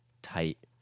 tight